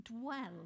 dwell